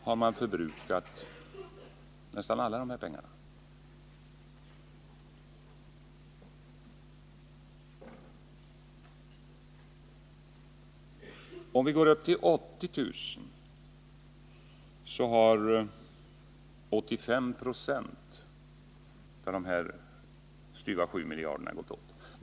har man förbrukat nästan alla de här pengarna, och om man går upp till 80 000 kr. har 85 96 av de styva 7 miljarderna gått åt.